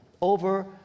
over